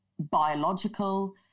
biological